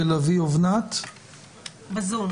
לביא אובנת בזום.